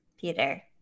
Peter